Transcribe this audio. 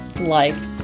life